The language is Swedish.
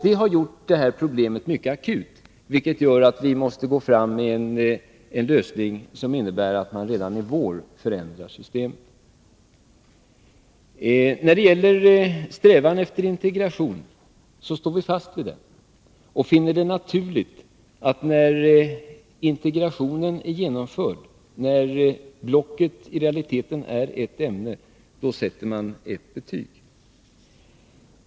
Det har gjort det här problemet mycket akut, vilket medför att vi måste gå fram med en lösning som innebär att man redan i vår förändrar systemet. När det gäller strävan efter integration vill jag säga att vi står fast vid den och finner det naturligt att man när integrationen är genomförd, när blocket i realiteten är eft ämne, sätter ert betyg.